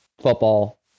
football